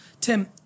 Tim